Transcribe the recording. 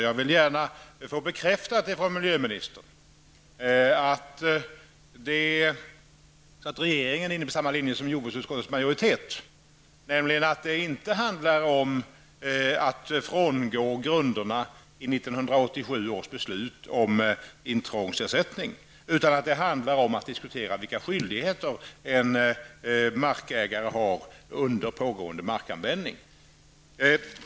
Jag vill från miljöministern få bekräftat att regeringen är inne på samma linje som jordbruksutskottets majoritet, nämligen att det inte handlar om att frångå grunderna i 1987års beslut om intrångsersättning, utan att det handlar om att diskutera vilka skyldigheter en markägare har under pågående markanvändning.